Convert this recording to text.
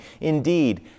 Indeed